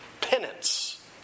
penance